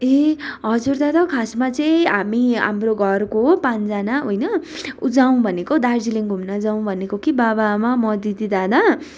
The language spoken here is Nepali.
ए हजुर दादा खासमा चाहिँ हामी हाम्रो घरको पाँचजना होइन उ जाउँ भनेको दार्जिलिङ घुम्न जाउँ भनेको कि बाबा आमा म दिदी दादा